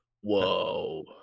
Whoa